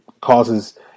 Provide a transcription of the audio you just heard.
causes